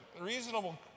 reasonable